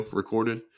recorded